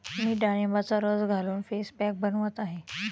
मी डाळिंबाचा रस घालून फेस पॅक बनवत आहे